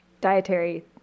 dietary